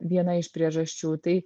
viena iš priežasčių tai